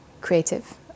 creative